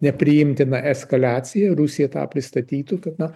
nepriimtina eskalacija rusija tą pristatytų kad na